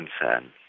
concern